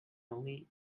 only